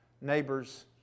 neighbors